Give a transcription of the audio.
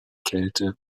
kälte